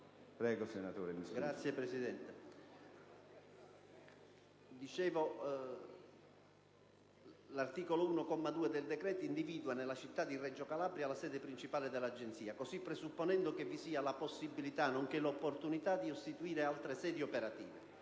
Palermo. L'articolo 1, comma 2, del decreto individua nella città di Reggio Calabria la "sede principale" dell'Agenzia, così presupponendo che vi sia la possibilità, nonché l'opportunità di istituire altre sedi operative.